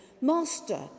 Master